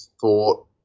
thought